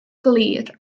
glir